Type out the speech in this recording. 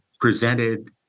presented